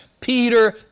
Peter